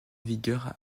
vigueur